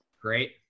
Great